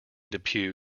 depew